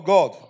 God